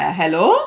hello